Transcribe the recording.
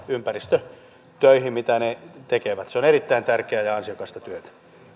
ympäristötöihin mitä se tekee se on erittäin tärkeää ja ansiokasta työtä